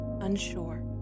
unsure